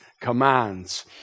Commands